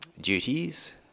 duties